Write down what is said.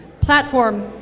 platform